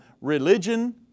religion